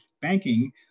banking